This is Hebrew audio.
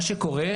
מה שקורה,